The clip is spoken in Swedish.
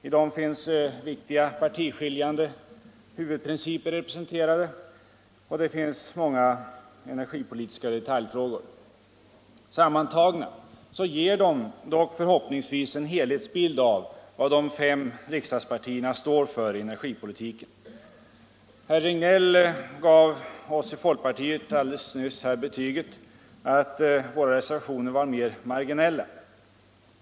I en del reservationer redovisas viktiga partiskiljande huvudprinciper, och andra tar upp energipolitiska detaljfrågor. Sammantagna ger reservationerna förhoppningsvis en helhetsbild av vad de fem riksdagspartierna står för i energipolitiken. Herr Regnéll gav oss i folkpartiet alldeles nyss betyget att våra reservationer var mer marginella.